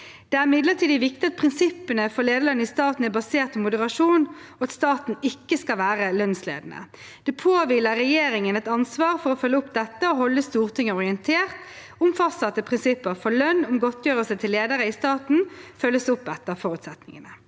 «Det er imidlertid viktig at prinsippene for lederlønn i staten er basert på moderasjon, og at staten ikke skal være lønnsledende. Det påhviler regjeringen et ansvar for å følge opp dette og å holde Stortinget orientert om fastsatte prinsipper for lønn og godtgjørelser til ledere i staten følges opp etter forutsetningene.»